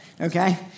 Okay